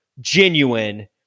genuine